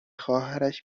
خواهرش